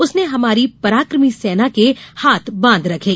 उसने हमारी पराक्रमी सेना के हाथ बांध कर रखे